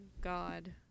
God